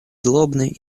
злобный